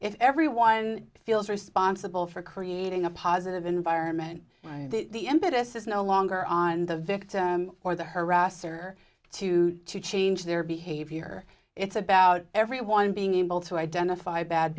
if everyone feels responsible for creating a positive environment the impetus is no longer on the victim or the harasser to change their behavior it's about everyone being able to identify bad